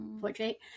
portrait